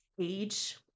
age